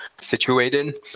situated